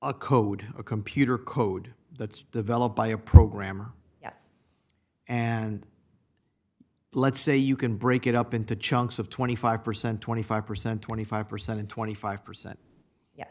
a code a computer code that's developed by a programmer and let's say you can break it up into chunks of twenty five percent twenty five percent twenty five percent and twenty five percent